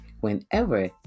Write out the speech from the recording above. whenever